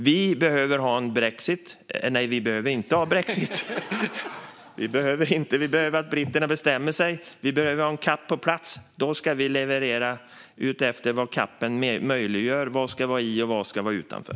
Vi behöver alltså veta vad britterna bestämmer sig för, och vi behöver ha CAP:en på plats. Sedan ska vi leverera utifrån vad CAP:en möjliggör gällande vad som ska vara i och vad som ska vara utanför.